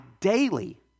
daily